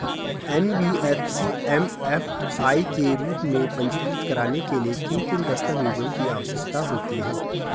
NBFC MFI के रूप में पंजीकृत कराने के लिए किन किन दस्तावेज़ों की आवश्यकता होती है?